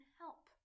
help